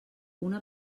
una